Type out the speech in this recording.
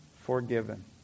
forgiven